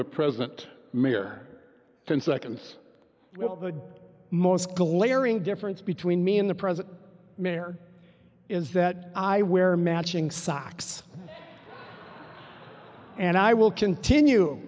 the president mere ten seconds the most glaring difference between me and the present mayor is that i wear matching socks and i will continue